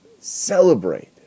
Celebrate